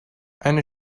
eine